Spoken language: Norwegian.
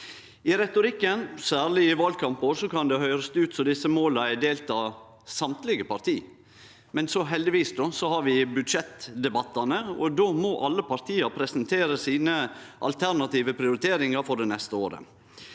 I retorikken, særleg i valkampar, kan det høyrast ut som om desse måla er delte av alle parti, men heldigvis har vi budsjettdebattane, og då må alle partia presentere sine alternative prioriteringar for det neste året.